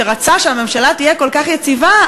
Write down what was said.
שרצה שהממשלה תהיה כל כך יציבה,